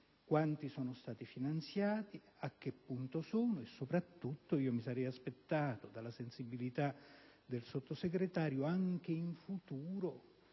progetti sono stati finanziati ed a che punto sono. Soprattutto mi sarei aspettato dalla sensibilità del Sottosegretario anche una